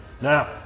Now